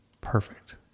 perfect